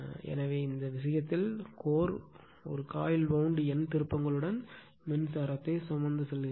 எனவே இந்த விஷயத்தில் கோர் ஒரு காயில் வவுண்ட் N திருப்பங்களுடன் மின்சாரத்தை சுமக்கும்